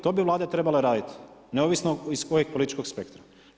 To bi vlada trebala raditi neovisno iz kojeg političkog spektra.